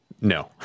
no